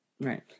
Right